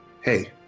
hey